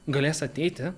galės ateiti